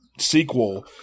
Sequel